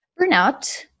Burnout